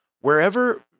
wherever